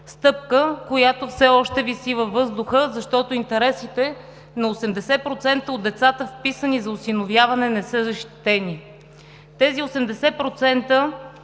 която все още виси във въздуха, защото интересите на 80% от децата, вписани за осиновяване, не са защитени. Тези 80%